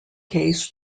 case